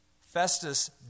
Festus